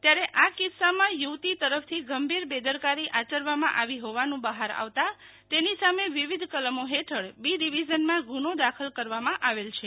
ત્યારે આ કિસ્સામાં યુવતી તરફથી ગંભીર બેદરકારી આચરવામાં આવી હોવાનું બહાર આવતા તેની સામે વિવિધ વિવિધ કલમો હેઠળ બી ડિવિઝનમાં ગુનો દાખલ કરવામાં આવેલ છે